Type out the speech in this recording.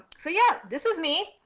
so yeah, this is me.